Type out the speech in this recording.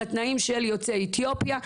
לתנאים של יוצאי אתיופיה.